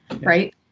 right